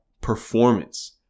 performance